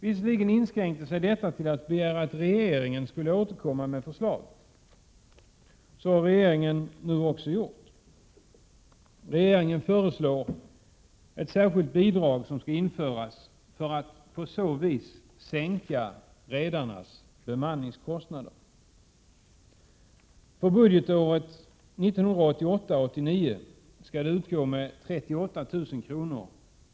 Visserligen inskränker sig detta till att man begärde att regeringen skulle återkomma med förslag. Så har regeringen nu också gjort. Regeringen föreslår nämligen att ett särskilt bidrag skall införas för att redarnas bemanningskostnader på så vis skall kunna sänkas. För budgetåret 1988/89 skall det utgå med 38 000 kr.